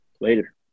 Later